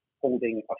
holding